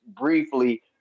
briefly